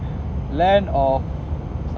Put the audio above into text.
land of